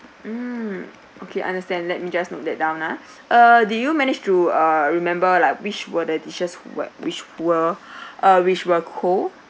mm okay understand let me just note that down ah err did you manage to remember like which were the dishes which were uh which were cold